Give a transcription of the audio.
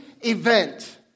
event